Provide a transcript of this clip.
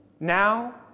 Now